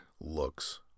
looks